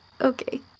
Okay